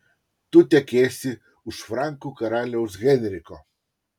tu tekėsi už frankų karaliaus henriko